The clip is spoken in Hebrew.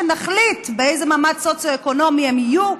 שנחליט באיזה מעמד סוציו-אקונומי הם יהיו,